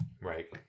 Right